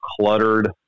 cluttered